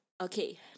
Okay